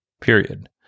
Period